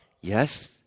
Yes